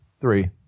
Three